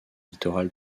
littoral